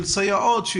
סייעות?